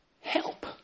help